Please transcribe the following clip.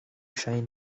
shine